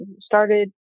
started